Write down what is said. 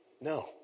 No